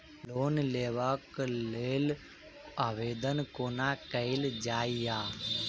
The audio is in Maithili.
लोन लेबऽ कऽ लेल आवेदन कोना कैल जाइया?